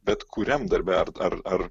bet kuriam darbe ar ar ar